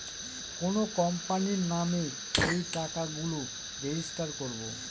কোনো কোম্পানির নামে এই টাকা গুলো রেজিস্টার করবো